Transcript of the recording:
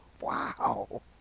Wow